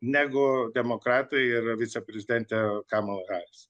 negu demokratai ir viceprezidentė kamala haris